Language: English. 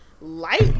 Light